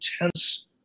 intense